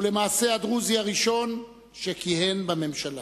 ולמעשה הדרוזי הראשון שכיהן בממשלה.